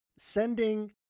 sending